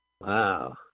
Wow